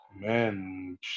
Man